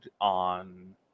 on